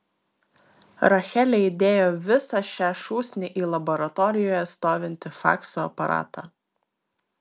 rachelė įdėjo visą šią šūsnį į laboratorijoje stovintį fakso aparatą